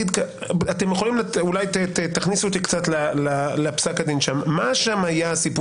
אולי תכניסו אותי קצת לפסק הדין שם, מה היה הסיפור